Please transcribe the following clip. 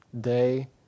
day